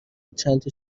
چندتا